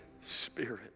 Spirit